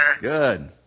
Good